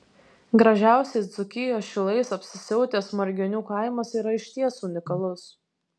gražiausiais dzūkijos šilais apsisiautęs margionių kaimas yra išties unikalus